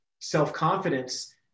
self-confidence